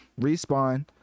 respawn